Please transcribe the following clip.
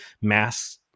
mass